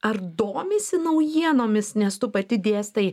ar domisi naujienomis nes tu pati dėstai